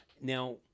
Now